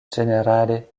ĝenerale